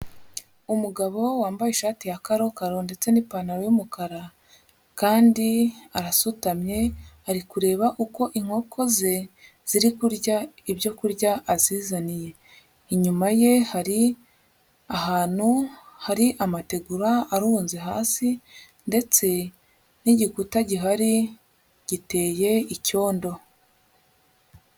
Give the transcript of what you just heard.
Umugabo wambaye ishati ya karokaro ndetse n'ipantaro y'umukara kandi arasutamye, ari kureba uko inkoko ze ziri kurya ibyo kurya azizaniye, inyuma ye hari ahantu hari amategura arunze hasi ndetse n'igikuta gihari giteye icyondo.